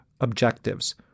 objectives